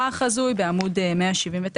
צמיחה מכזה בוסט אז זה מאוד מאוד הגיוני.